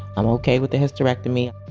i'm ok with the hysterectomy